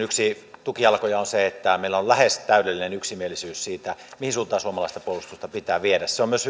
yksi sen tukijalkoja on se että meillä on lähes täydellinen yksimielisyys siitä mihin suuntaan suomalaista puolustusta pitää viedä se on myös